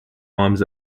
arms